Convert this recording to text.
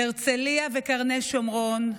הרצליה וקרני שומרון,